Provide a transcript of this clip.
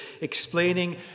explaining